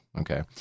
Okay